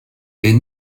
est